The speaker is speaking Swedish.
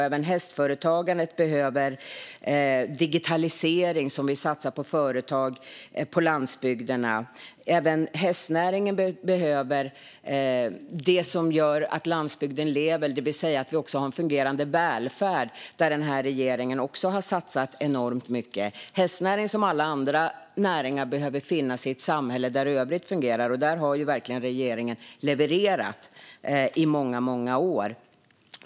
Även hästföretagandet behöver digitalisering, där vi satsar på företag på landsbygden. Även hästnäringen behöver det som gör att landsbygden lever, det vill säga att vi också har en fungerande välfärd, där regeringen också har satsat enormt mycket. Hästnäringen behöver som alla andra näringar finnas i ett samhälle där övrigt fungerar. Där har verkligen regeringen levererat i många år.